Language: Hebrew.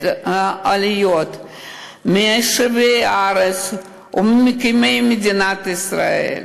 את מיישבי הארץ ומקימי מדינת ישראל,